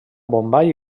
bombai